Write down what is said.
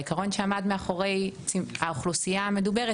העיקרון שעמד מאחורי האוכלוסייה המדוברת,